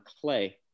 clay